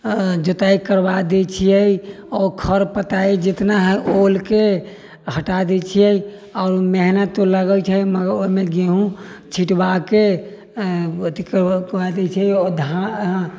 जोताइ करबा दै छियै आ खर पताइ जेतना हइ ओलके हटा दै छियै आओर मेहनत ओ लगैत छै ओहिमे गेहूँ छिटबाके अथि ओ धान